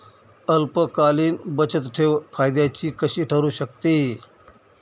अल्पकालीन बचतठेव फायद्याची कशी ठरु शकते?